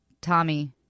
Tommy